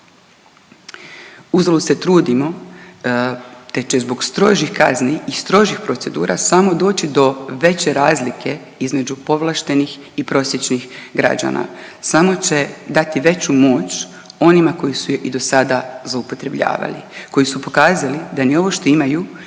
Uzalud se trudimo te će zbog strožih kazni i strožih procedura samo doći do veće razlike između povlaštenih i prosječnih građana. Samo će dati veću moć onima koji su je i do sada zloupotrebljavali, koji su pokazali da ni ovo šta imaju